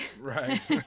Right